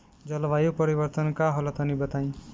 जलवायु परिवर्तन का होला तनी बताई?